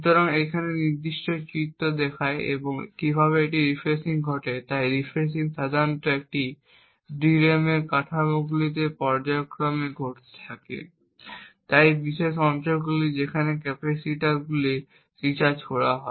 সুতরাং এখানে এই নির্দিষ্ট চিত্রটি দেখায় যে কীভাবে রিফ্রেশিং ঘটে তাই রিফ্রেশিং সাধারণত একটি DRAM কাঠামোতে পর্যায়ক্রমে ঘটে থাকে তাই এই বিশেষ অঞ্চলগুলি যেখানে ক্যাপাসিটারগুলি রিচার্জ করা হয়